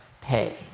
pay